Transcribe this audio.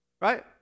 Right